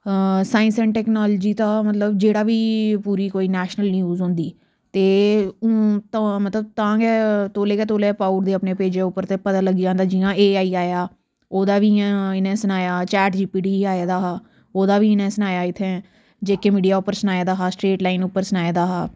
science and technology दा मतलब जेह्ड़ा बी पूरी कोई नेशनल न्यूज़ होंदी ते तां मतलब तां गै ट्रेलर गै ट्रेलर पाई ओड़दे पेज उप्पर कि एह् आई गेआ ते इ'यां इत्थै आए दा हा चार्ट यू पी डी आए दा हा ओह्दा बी इ'नें सनाया इत्थै जे के मीडिया पर सनाए दा हा स्ट्रेट लाइन पर सनाए दा हा